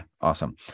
awesome